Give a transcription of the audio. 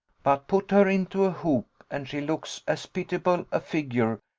but put her into a hoop and she looks as pitiable a figure,